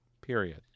period